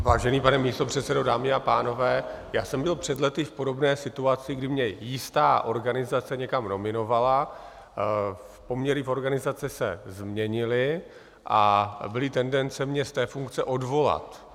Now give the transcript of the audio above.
Vážený pane místopředsedo, dámy a pánové, já jsem byl před lety v podobné situaci, kdy mě jistá organizace někam nominovala, poměry organizace se změnily a byly tendence mě z té funkce odvolat.